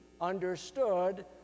understood